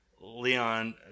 Leon